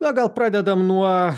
na gal pradedam nuo